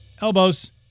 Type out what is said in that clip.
elbows